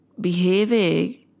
behaving